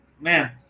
man